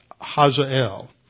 Hazael